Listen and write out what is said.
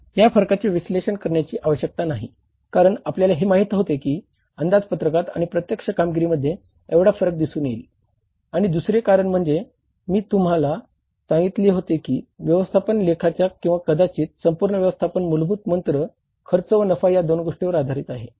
या फरकाचे विश्लेषण करण्याची आवश्यकता नाही कारण आपल्याला हे माहित होते की अंदाजपत्रकात आणि प्रत्यक्ष कामगिरीमध्ये एवढा फरक दिसून येईल आणि दुसरे कारण म्हणजे मी तुम्हाला सांगितले आहे होते की व्यवस्थापन लेखाचा किंवा कदाचित संपूर्ण व्यवस्थापनाचा मूलभूत मंत्र खर्च व नफा या दोन गोष्टींवर आधारित आहे